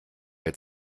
wir